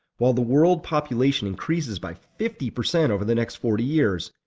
while the world population increases by fifty percent over the next forty years,